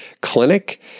Clinic